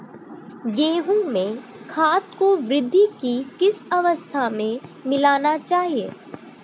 गेहूँ में खाद को वृद्धि की किस अवस्था में मिलाना चाहिए?